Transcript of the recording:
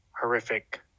horrific